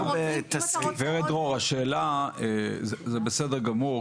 זה בסדר גמור,